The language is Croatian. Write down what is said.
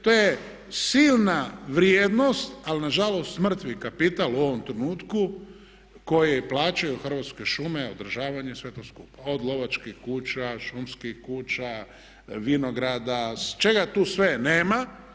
To je silna vrijednost ali nažalost mrtvi kapital u ovom trenutku koji plaćaju Hrvatske šume, održavanje i sve to skupa, od lovačkih kuća, šumskih kuća, vinograda, čega tu sve nema.